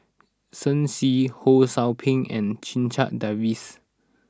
Shen Xi Ho Sou Ping and Checha Davies